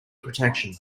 protection